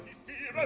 see